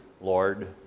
Lord